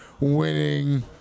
winning